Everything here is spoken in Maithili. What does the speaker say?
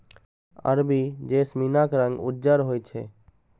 अरबी जैस्मीनक रंग उज्जर होइ छै